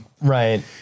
right